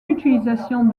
utilisation